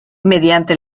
mediante